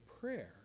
prayer